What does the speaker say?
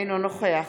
אינו נוכח